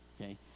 okay